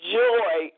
joy